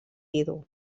vidu